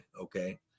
Okay